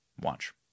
Watch